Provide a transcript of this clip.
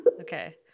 Okay